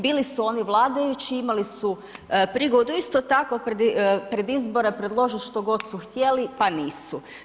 Bili su oni vladajući, imali su prigodu isto tako pred izbore predložiti što god su htjeli pa nisu.